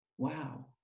Wow